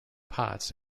potts